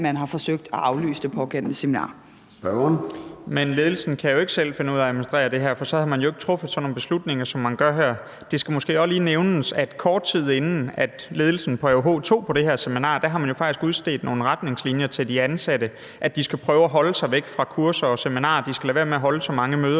Spørgeren. Kl. 13:29 Nick Zimmermann (DF): Men ledelsen kan jo ikke selv finde ud af at administrere det her, for så havde man jo ikke truffet sådan nogle beslutninger, som man har gjort her. Det skal måske også lige nævnes, at kort tiden inden ledelsen på AUH tog på det her seminar, havde man faktisk udstedt nogle retningslinjer til de ansatte om, at de skal prøve at holde sig væk fra kurser og seminarer, og at de skal lade være med at holde så mange møder,